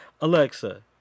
Alexa